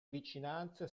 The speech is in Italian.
vicinanze